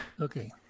Okay